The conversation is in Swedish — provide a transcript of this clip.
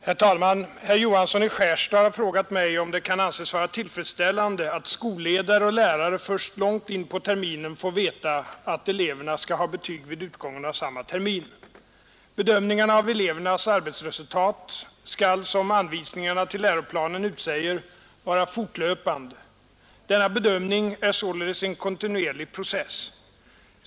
Herr talman! Herr Johansson i Skärstad har frågat mig, om det kan anses vara tillfredsställande att skolledare och lärare först långt in på terminen får veta att eleverna skall ha betyg vid utgången av samma termin. Bedömningen av elevernas arbetsresultat skall som anvisningarna till läroplanen utsäger vara fortlöpande. Denna bedömning är således en kontinuerlig process.